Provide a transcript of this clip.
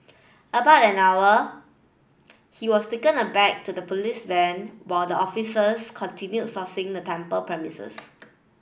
about an hour he was taken aback to the police van while the officers continued sourcing the temple premises